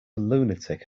lunatic